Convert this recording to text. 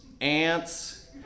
ants